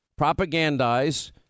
propagandize